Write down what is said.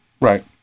Right